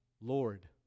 Lord